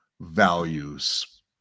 values